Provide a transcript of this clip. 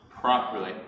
properly